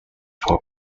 for